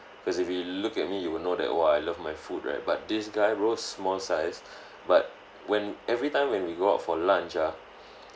cause if you look at me you will know that !wah! I love my food right but this guy bro small size but when every time when we go out for lunch ah